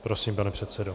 Prosím, pane předsedo.